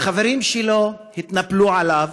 החברים שלו התנפלו עליו,